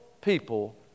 people